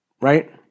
Right